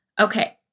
Okay